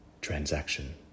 transaction